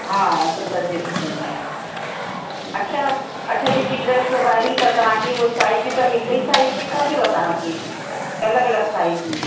हा त दर्जे हिक में आहे अच्छा अच्छा जेकी ड्रेस सिबाइणी त तव्हांखे हूअ साइज़ सभु हिक ई साइज़ खपेव तव्हांखे अलॻि अलॻि साइज़ जी